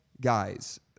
guys